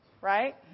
right